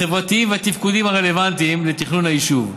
החברתיים והתפקודיים הרלוונטיים לתכנון היישוב.